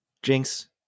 Jinx